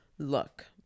Look